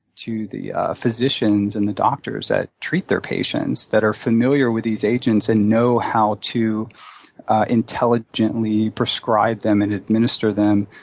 the physicians and the doctors that treat their patients that are familiar with these agents and know how to intelligently prescribe them and administer them,